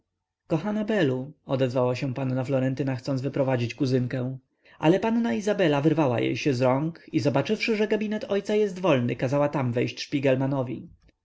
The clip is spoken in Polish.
kochana belu odezwała się panna florentyna chcąc wyprowadzić kuzynkę ale panna izabela wyrwała się jej z rąk i zobaczywszy że gabinet ojca jest wolny kazała tam wejść szpigelmanowi